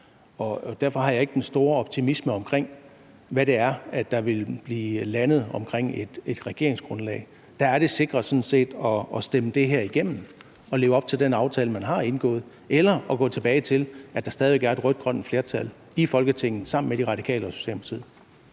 børn – har jeg ikke den store optimisme omkring, hvad det er, der vil blive landet ved et regeringsgrundlag. Der er det sikre sådan set at stemme det her igennem og leve op til den aftale, man har indgået, eller gå tilbage til, at der stadig væk er et rødt-grønt flertal i Folketinget sammen med De Radikale og Socialdemokratiet.